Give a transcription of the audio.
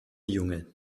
junge